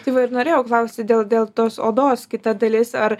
tai va ir norėjau klausti dėl dėl tos odos kita dalis ar